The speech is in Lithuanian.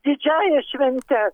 didžiąja švente